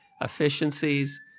efficiencies